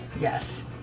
Yes